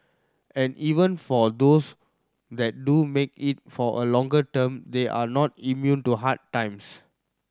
and even for those that do make it for a longer term they are not immune to hard times